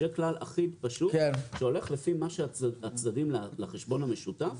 שיהיה כלל אחיד ופשוט שהולך לפי מה שהצדדים לחשבון המשותף